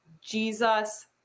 Jesus